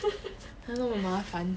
还那么麻烦